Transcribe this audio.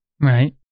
Right